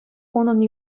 унӑн